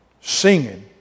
Singing